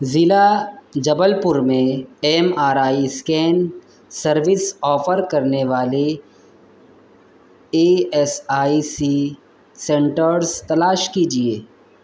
ضلع جبل پور میں M R I scan service offer کرنے والی E S I C centres تلاش کیجیے